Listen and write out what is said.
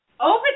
over